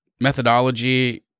methodology